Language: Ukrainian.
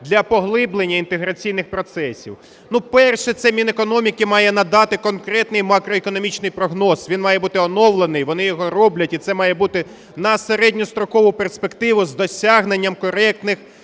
для поглиблення інтеграційних процесів. Перше. Це Мінекономіки має надати конкретний макроекономічний прогноз. Він має бути оновлений, вони його роблять, і це має бути на середньострокову перспективу з досягненням коректних